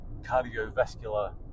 cardiovascular